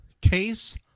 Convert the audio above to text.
Case